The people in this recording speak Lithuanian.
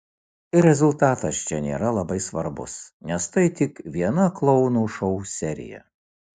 ir rezultatas čia nėra labai svarbus nes tai tik viena klounų šou serija